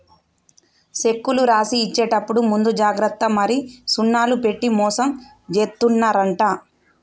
సెక్కులు రాసి ఇచ్చేప్పుడు ముందు జాగ్రత్త మరి సున్నాలు పెట్టి మోసం జేత్తున్నరంట